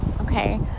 Okay